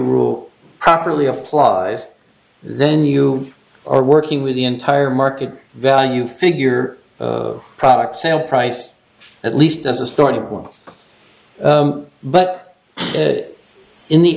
rule properly applies then you are working with the entire market value figure product sale price at least as a starting point but in the